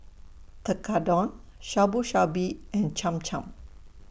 Tekkadon Shabu Shabu and Cham Cham